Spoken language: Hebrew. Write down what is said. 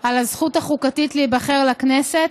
על הזכות החוקתית להיבחר לכנסת,